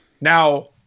Now